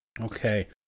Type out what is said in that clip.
Okay